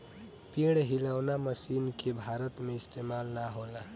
पेड़ हिलौना मशीन के भारत में इस्तेमाल ना होला